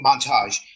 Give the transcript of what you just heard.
montage